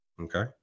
Okay